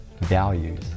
values